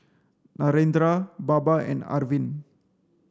Narendra Baba and Arvind